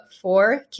four